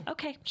Okay